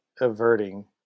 averting